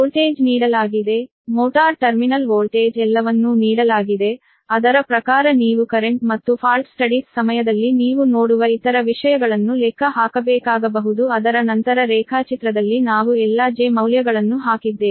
voltage ನೀಡಲಾಗಿದೆ motor terminal voltage ಎಲ್ಲವನ್ನೂ ನೀಡಲಾಗಿದೆ ಅದರ ಪ್ರಕಾರ ನೀವು ಕರೆಂಟ್ ಮತ್ತು ಫಾಲ್ಟ್ ಸ್ಟಡೀಸ್ ಸಮಯದಲ್ಲಿ ನೀವು ನೋಡುವ ಇತರ ವಿಷಯಗಳನ್ನು ಲೆಕ್ಕ ಹಾಕಬೇಕಾಗಬಹುದು ಅದರ ನಂತರ ರೇಖಾಚಿತ್ರದಲ್ಲಿ ನಾವು ಎಲ್ಲಾ j ಮೌಲ್ಯಗಳನ್ನು ಹಾಕಿದ್ದೇವೆ